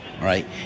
Right